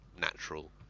natural